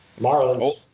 Marlins